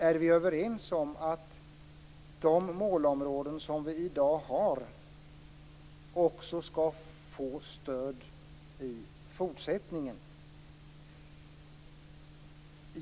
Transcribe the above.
Är vi överens om att de målområden som vi i dag har också skall få stöd i fortsättningen?